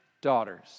daughters